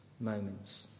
moments